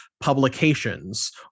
publications